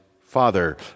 Father